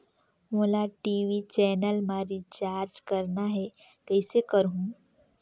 मोला TV channel मा recharge करना हे, कइसे करहुँ?